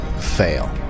fail